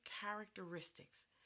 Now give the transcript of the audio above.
characteristics